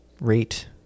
rate